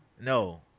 no